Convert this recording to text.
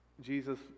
Jesus